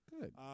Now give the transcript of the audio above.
Good